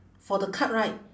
for the card right